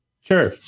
sure